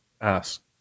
ask